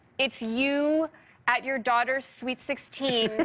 it's you at your daughter's sweet sixteen,